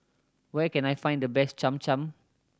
where can I find the best Cham Cham